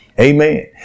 Amen